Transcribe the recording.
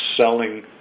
selling